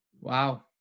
Wow